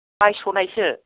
बायस'नायसो